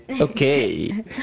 Okay